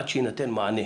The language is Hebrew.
עד שיינתן מענה,